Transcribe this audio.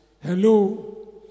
Hello